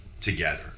together